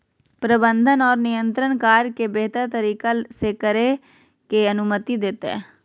प्रबंधन और नियंत्रण कार्य के बेहतर तरीका से करे के अनुमति देतय